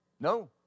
No